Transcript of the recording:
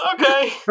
Okay